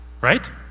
right